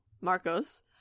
Marcos